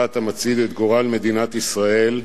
אתה מצעיד את גורל מדינת ישראל,